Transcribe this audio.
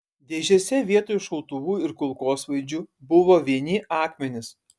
dėžėse vietoj šautuvų ir kulkosvaidžių buvo vieni akmenys